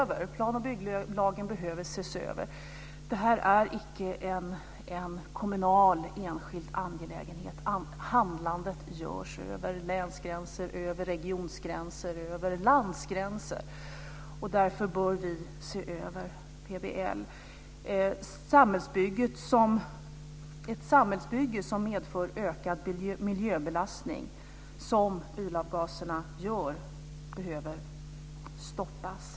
Plan och bygglagen behöver ses över. Det här är icke en kommunal enskild angelägenhet. Handlandet görs över länsgränser, över regiongränser och över landgränser. Därför bör vi se över PBL. Ett samhällsbygge som medför ökad miljöbelastning, som bilavgaserna gör, behöver stoppas.